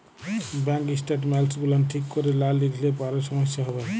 bank statements গুলান ঠিক ক্যরে লা লিখলে পারে সমস্যা হ্যবে